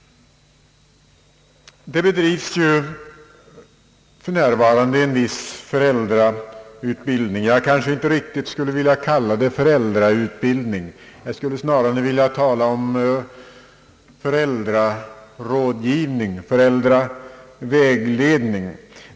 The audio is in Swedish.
För närvarande bedrivs ju en viss föräldrautbildning. Jag kanske inte riktigt skulle vilja kalla det föräldrautbildning, jag skulle snarare vilja tala om föräldrarådgivning, föräldravägledning.